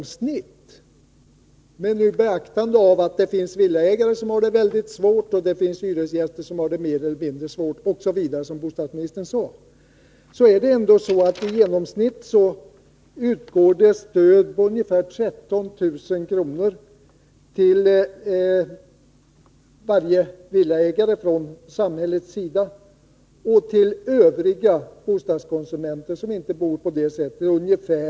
Med beaktande av att det finns villaägare som har det väldigt svårt och att det finns hyresgäster som har det mer eller mindre svårt, som bostadsministern sade, utgår det från samhällets sida i genomsnitt stöd på ungefär 13 000 kr. till varje villaägare och 4 800 kr. till övriga bostadskonsumenter som inte bor på det sättet.